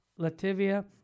Latvia